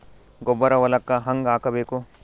ಗೊಬ್ಬರ ಹೊಲಕ್ಕ ಹಂಗ್ ಹಾಕಬೇಕು?